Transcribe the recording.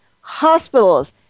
hospitals